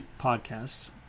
podcasts